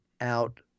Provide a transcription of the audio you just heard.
out